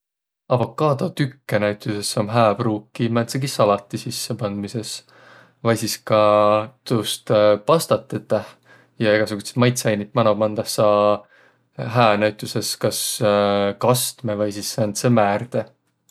Avokaadotükke tükke näütüses om hää pruukiq määntsegi salati sisse pandmisõs vai sis ka tuust pastat teteh ja egäsugutsit maitsõainit mano pandõh saa hää näütüses kas kastmõ vai sis sääntse määrde.